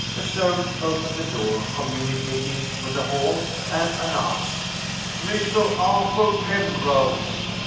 a servant opened the door communicating with the hall, and announced mr. arthur penrose.